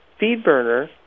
FeedBurner